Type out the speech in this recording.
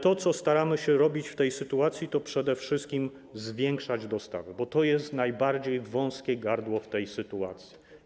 To, co staramy się robić w tej sytuacji, to przede wszystkim zwiększać dostawy, bo to jest najbardziej wąskie gardło w tej sytuacji.